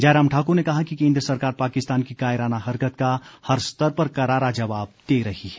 जयराम ठाकुर ने कहा कि केंद्र सरकार पाकिस्तान की कायराना हरकत का हर स्तर पर करारा जवाब दे रही है